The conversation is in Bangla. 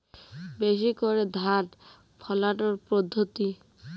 বেশি করে ধান ফলানোর পদ্ধতি?